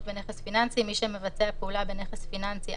בנכס פיננסי מי שמבצע פעולה בנכס פיננסי,